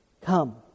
come